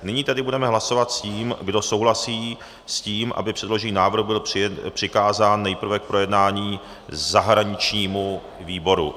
Nyní tedy budeme hlasovat, kdo souhlasí s tím, aby předložený návrh byl přikázán nejprve k projednání zahraničnímu výboru.